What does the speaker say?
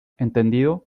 entendido